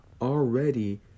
already